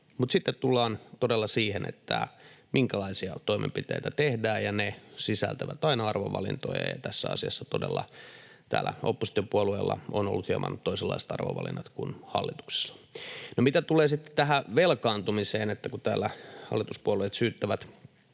Mutta sitten tullaan todella siihen, minkälaisia toimenpiteitä tehdään, ja ne sisältävät aina arvovalintoja, ja tässä asiassa todella on täällä oppositiopuolueilla ollut hieman toisenlaiset arvovalinnat kuin hallituksella. Mitä tulee sitten tähän velkaantumiseen, kun täällä hallituspuolueet syyttävät